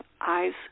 eyes